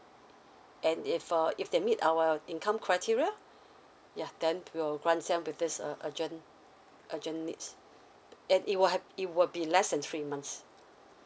and if err if they meet our income criteria yeah then we'll grant them with this uh urgent urgent needs and it will have it will be less than three months